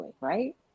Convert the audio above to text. right